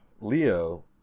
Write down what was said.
leo